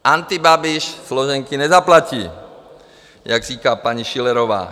Antibabiš složenky nezaplatí, jak říká paní Schillerová.